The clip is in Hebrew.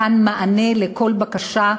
מתן מענה לכל בקשה,